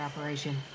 operation